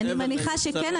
אני מניחה שכן.